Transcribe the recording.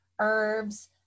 herbs